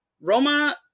Roma